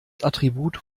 attribut